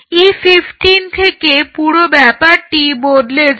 E15 থেকে এই পুরো ব্যাপারটি বদলে যায়